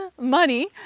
money